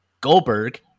Goldberg